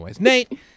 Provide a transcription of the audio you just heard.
Nate